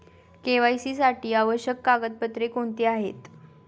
KYC साठी आवश्यक कागदपत्रे कोणती आहेत?